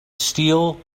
steel